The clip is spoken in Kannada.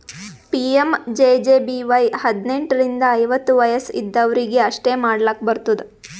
ಪಿ.ಎಮ್.ಜೆ.ಜೆ.ಬಿ.ವೈ ಹದ್ನೆಂಟ್ ರಿಂದ ಐವತ್ತ ವಯಸ್ ಇದ್ದವ್ರಿಗಿ ಅಷ್ಟೇ ಮಾಡ್ಲಾಕ್ ಬರ್ತುದ